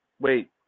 Wait